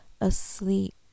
asleep